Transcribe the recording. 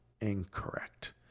incorrect